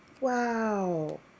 Wow